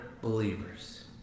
believers